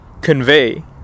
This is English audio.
convey